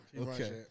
Okay